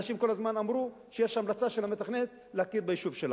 אנשים כל הזמן אמרו: יש המלצה של המתכננת להכיר ביישוב שלנו.